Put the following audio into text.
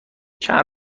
چند